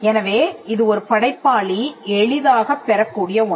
எனவே இது ஒரு படைப்பாளி எளிதாகப் பெறக்கூடிய ஒன்று